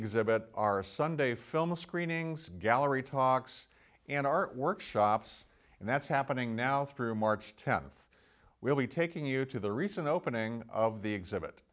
exhibit our sunday film screenings gallery talks in our workshops and that's happening now through march tenth we'll be taking you to the recent opening of the exhibit